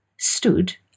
stood